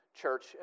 church